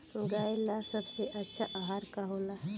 गाय ला सबसे अच्छा आहार का होला?